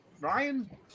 Ryan